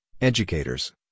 educators